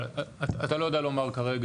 אבל, אתה לא יודע לומר כרגע כמה?